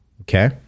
Okay